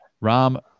ram